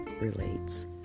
relates